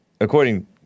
according